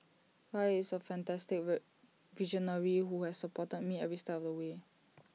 guy is A fantastic visionary who has supported me every step of the way